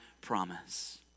promise